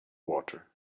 water